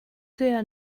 sehr